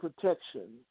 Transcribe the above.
protection